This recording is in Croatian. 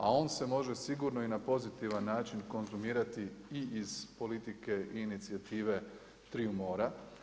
A on se može sigurno i na pozitivan način konzumirati i iz politike i inicijative triju mora.